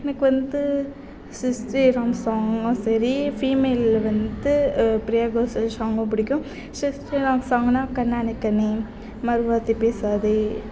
எனக்கு வந்து சித் ஸ்ரீராம் சாங்கும் சரி ஃபீமேல் வந்து பிரியா கோஷல் சாங்கும் பிடிக்கும் சித் ஸ்ரீராம் சாங்னால் கண்ணான கண்ணே மறு வார்த்தை பேசாதே